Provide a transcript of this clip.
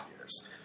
years